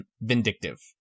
vindictive